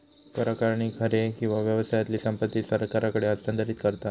कर आकारणी घरे किंवा व्यवसायातली संपत्ती सरकारकडे हस्तांतरित करता